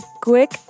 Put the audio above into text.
quick